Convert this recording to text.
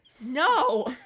No